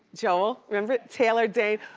joel, remember taylor dayne?